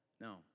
no